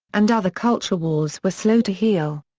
and other culture wars were slow to heal.